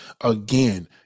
again